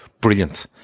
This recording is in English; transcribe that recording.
brilliant